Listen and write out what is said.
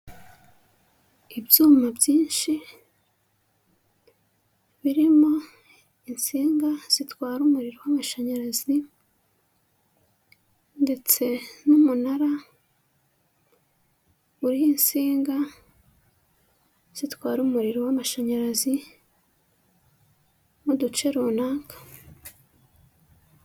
Ibyuma byinshi birimo insinga zitwara umuriro w'amashanyarazi ndetse n'umunara uriho insinga zitwara umuriro w'amashanyarazi mu duce runaka.